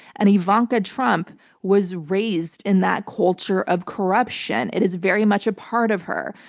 and ivanka trump was raised in that culture of corruption. it is very much a part of her.